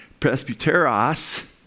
Presbyteros